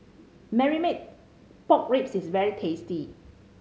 Marmite Pork Ribs is very tasty